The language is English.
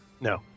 No